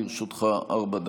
לרשותך ארבע דקות.